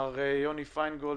מר יוני פיינגולד,